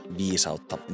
viisautta